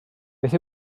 beth